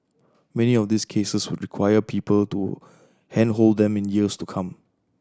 many of these cases would require people to handhold them in years to come